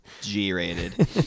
G-rated